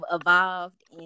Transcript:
evolved